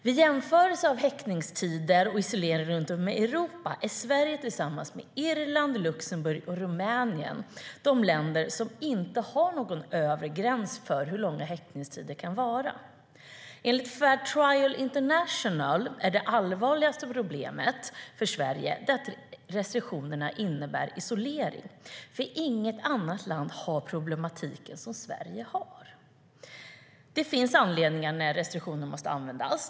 Vid jämförelse av häktningstider och isoleringar runt om i Europa är Sverige tillsammans med Irland, Luxemburg och Rumänien de länder som inte har någon övre gräns för hur långa häktningstider kan vara. Enligt Fair Trial International är det allvarligaste problemet för Sverige att restriktionerna innebär isolering, för inget annat land har problematiken som Sverige har. Det finns anledningar när restriktioner måste användas.